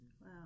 Wow